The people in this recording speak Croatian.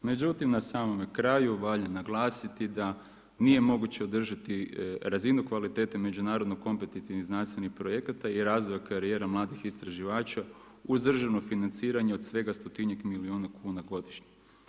Međutim, na samome kraju valja naglasiti da nije moguće održati razinu kvalitete međunarodnih kompetitivnih znanstvenih projekata i razvoja karijera mladih istraživača uz državno financiranje od svega 100 milijuna kuna godišnje.